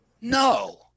No